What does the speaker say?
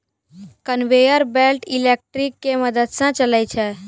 conveyor belt electric के मदद स चलै छै